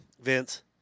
Vince